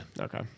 Okay